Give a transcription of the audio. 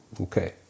okay